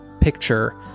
picture